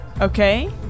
Okay